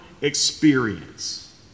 experience